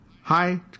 Hi